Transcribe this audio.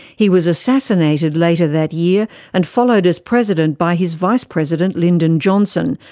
he was assassinated later that year and followed as president by his vice president lyndon johnson,